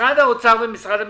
משרד האוצר ומשרד המשפטים,